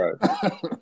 Right